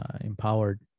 empowered